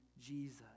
Jesus